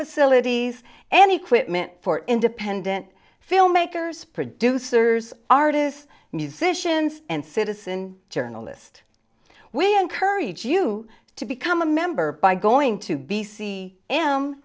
facilities and equipment for independent filmmakers producers artists musicians and citizen journalist we encourage you to become a member by going to be c m